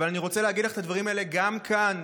אבל אני רוצה להגיד לך את הדברים האלה גם כאן,